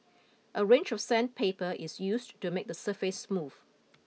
a range of sandpaper is used to make the surface smooth